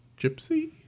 gypsy